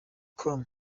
com